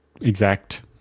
exact